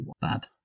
Bad